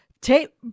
take